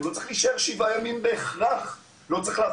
הוא לא צריך להישאר שבעה ימים בהכרח.